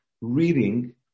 reading